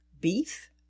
beef